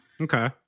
Okay